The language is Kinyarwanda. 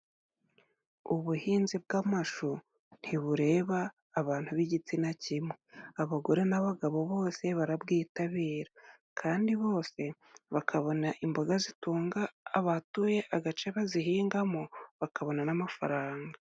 Ubuhinzi bw'amashu ntibureba abantu b'igitsina kimwe abagore n'abagabo bose barabwitabira kandi bose bakabona imboga zitunga abatuye agace bazihingamo bakabona n'amafaranga.